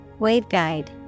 Waveguide